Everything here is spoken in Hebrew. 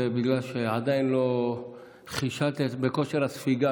זה בגלל שעדיין לא חישלת את כושר הספיגה